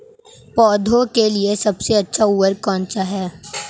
पौधों के लिए सबसे अच्छा उर्वरक कौनसा हैं?